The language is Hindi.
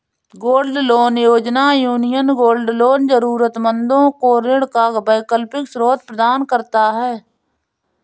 गोल्ड लोन योजना, यूनियन गोल्ड लोन जरूरतमंदों को ऋण का वैकल्पिक स्रोत प्रदान करता है